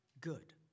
Good